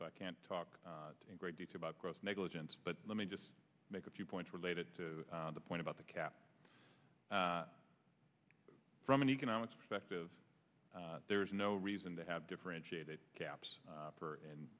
so i can't talk in great detail about gross negligence but let me just make a few points related to the point about the cap from an economic perspective there is no reason to have differentiated caps for and